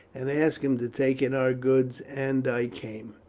and ask him to take in our goods and i came.